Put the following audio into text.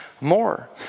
more